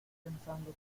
pensando